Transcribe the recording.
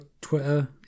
Twitter